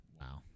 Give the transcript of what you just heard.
Wow